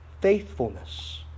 Faithfulness